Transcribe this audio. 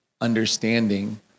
understanding